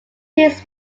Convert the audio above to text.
teams